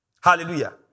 Hallelujah